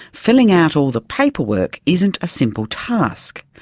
filling out all the paperwork isn't a simple task.